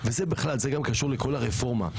וזה בכלל קשור גם לכול הרפורמה.